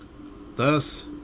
Thus